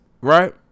right